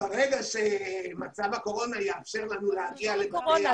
ברגע שמצב הקורונה יאפשר לנו להגיע לבתי